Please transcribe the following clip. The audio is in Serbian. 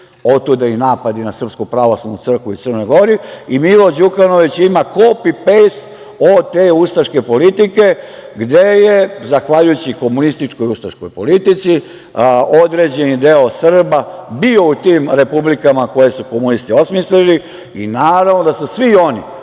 otuda i napadi na SPC u Crnoj Gori i Milo Đukanović ima kopi-pejst od te ustaške politike, gde je zahvaljujući komunističkoj ustaškoj politici određeni deo Srba bio u tim republikama koje su komunisti osmislili. Naravno da su svi oni